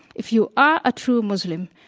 if you are a true muslim,